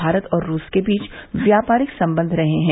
भारत और रूस के बीच व्यापारिक संबंध रहे है